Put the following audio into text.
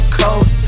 cold